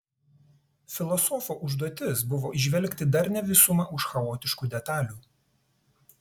filosofo užduotis buvo įžvelgti darnią visumą už chaotiškų detalių